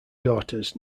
daughters